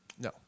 No